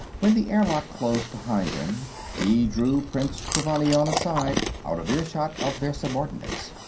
when the airlock closed behind them, he drew prince trevannion aside out of earshot of their subordinates.